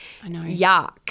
yuck